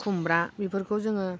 खुम्ब्रा बेफोरखौ जोङो